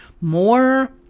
more